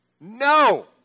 No